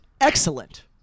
excellent